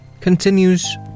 continues